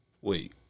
Wait